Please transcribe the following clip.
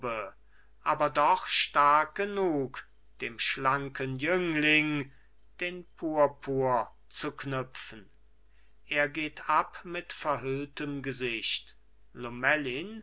aber doch stark genug dem schlanken jüngling den purpur zu knüpfen er geht ab mit verhülltem gesicht lomellin